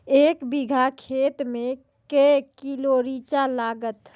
एक बीघा खेत मे के किलो रिचा लागत?